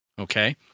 Okay